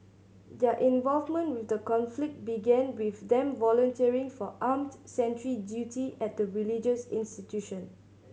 their involvement with the conflict began with them volunteering for armed sentry duty at the religious institution